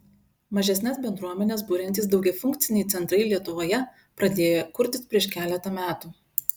mažesnes bendruomenes buriantys daugiafunkciai centrai lietuvoje pradėjo kurtis prieš keletą metų